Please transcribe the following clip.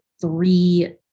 three